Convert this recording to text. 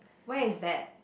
where is that